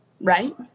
right